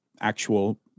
actual